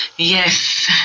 Yes